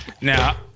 Now